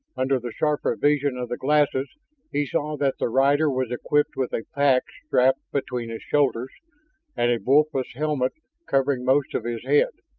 under the sharper vision of the glasses he saw that the rider was equipped with a pack strapped between his shoulders and a bulbous helmet covering most of his head.